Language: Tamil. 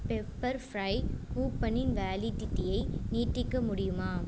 பெப்பர் ஃப்ரை கூப்பனின் வேலிடிட்டியை நீட்டிக்க முடியுமா